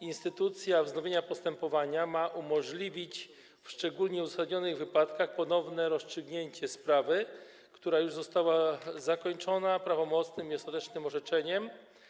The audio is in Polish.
Instytucja wznowienia postępowania ma umożliwić w szczególnie uzasadnionych wypadkach ponowne rozstrzygnięcie sprawy, która już została zakończona prawomocnym i ostatecznym orzeczeniem.